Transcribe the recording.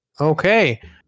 Okay